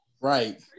Right